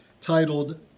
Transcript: titled